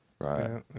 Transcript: Right